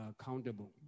accountable